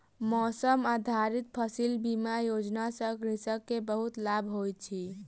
मौसम आधारित फसिल बीमा योजना सॅ कृषक के बहुत लाभ होइत अछि